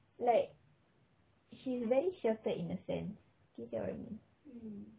like she's very sheltered in a sense can you get what I mean